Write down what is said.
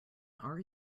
are